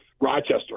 rochester